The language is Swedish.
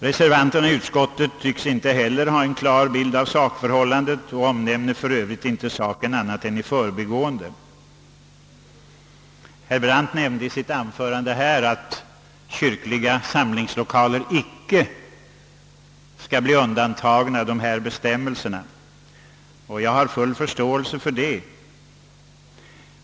Reservanterna i utskottet tycks inte heller ha en klar bild av sakförhållandet; de omnämner för övrigt inte detta annat än i förbigående. Herr Brandt framhöll också i sitt anförande här, att kyrkliga samlingslokaler inte skall bli undantagna. Jag har full förståelse för att herr Brandt anser det vara riktigt.